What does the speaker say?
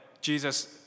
Jesus